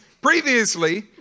previously